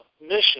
mission